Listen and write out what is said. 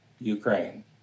Ukraine